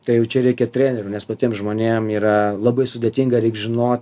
tai jau čia reikia trenerių nes patiem žmonėm yra labai sudėtinga reik žinot